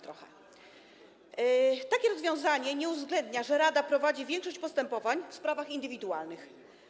Takie rozwiązanie nie uwzględnia, że rada prowadzi większość postępowań w sprawach indywidualnych.